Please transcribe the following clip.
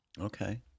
Okay